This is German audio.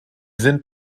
sind